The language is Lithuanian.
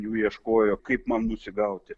jų ieškojo kaip man nusigauti